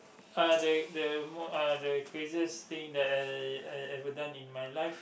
uh the the mo~ the craziest thing that I I I ever done in my life